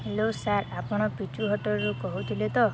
hello sir ଆପଣ ପିଜୁ ହୋଟେଲ୍ରୁୁ କହୁଥିଲେ ତ